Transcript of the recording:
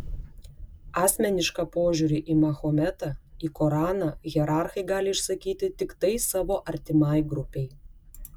asmenišką požiūrį į mahometą į koraną hierarchai gali išsakyti tiktai savo artimai grupei